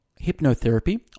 hypnotherapy